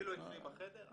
אפילו אצלי בחדר,